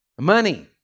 Money